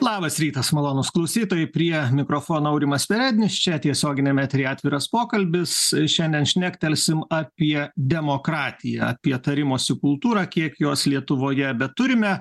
labas rytas malonūs klausytojai prie mikrofono aurimas perednis čia tiesioginiame eteryje atviras pokalbis ir šiandien šnektelsime apie demokratiją apie tarimosi kultūrą kiek jos lietuvoje beturime